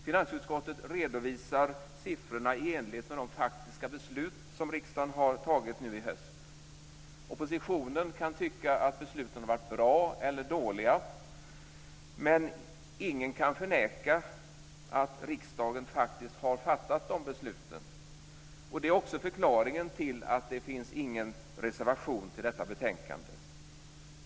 Finansutskottet redovisar siffrorna i enlighet med de faktiska beslut som riksdagen har tagit nu i höst. Oppositionen kan tycka att besluten har varit bra eller dåliga, men ingen kan förneka att riksdagen faktiskt har fattat de besluten. Det är också förklaringen till att det inte finns någon reservation till detta betänkande.